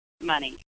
money